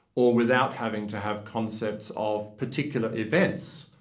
or without having to have concepts of particular events.